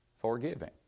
forgiving